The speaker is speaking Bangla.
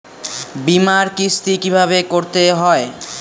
বিমার কিস্তি কিভাবে করতে হয়?